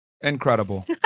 Incredible